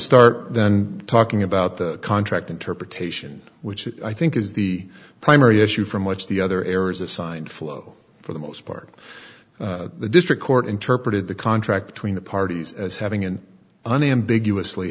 start then talking about the contract interpretation which i think is the primary issue from which the other areas assigned flow for the most part the district court interpreted the contract between the parties as having an unambiguous le